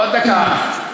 עוד דקה.